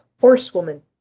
horsewoman